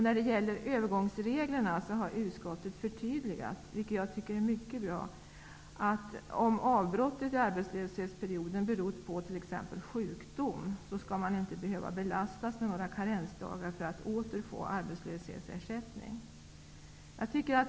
När det gäller övergångsreglerna har utskottet förtydligat -- vilket jag tycker är mycket bra -- att man inte skall behöva belastas med några karensdagar för att åter få arbetslöshetsersättning, om avbrottet i arbetslöshetsperioden har berott på t.ex. sjukdom.